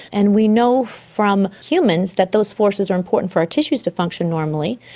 and we know from humans that those forces are important for our tissues to function normally.